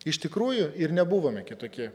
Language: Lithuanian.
iš tikrųjų ir nebuvome kitokie